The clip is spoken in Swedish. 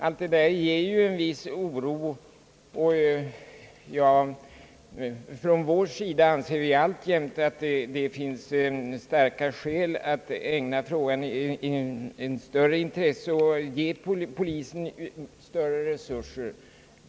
Alt detta skapar en viss oro, och från vår sida anser vi alltjämt att det finns starka skäl att ägna frågan ett större intresse och att ge polisen större resurser.